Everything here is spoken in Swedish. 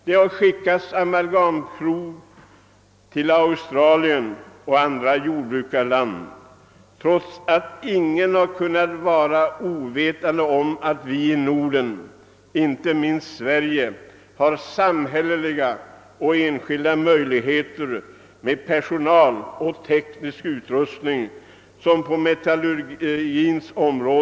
Det har skickats amalgamprov till Australien och andra jordbruksländer, trots att ingen kunnat vara ovetande om att Nordens länder, inte minst Sverige, har de bästa samhälleliga och privata möjligheter i fråga om personal och teknisk utrustning för provningar.